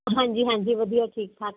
ਹਾਂਜੀ ਹਾਂਜੀ ਵਧੀਆ ਠੀਕ ਠਾਕ ਨੇ